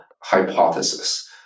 hypothesis